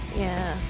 yeah,